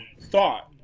thought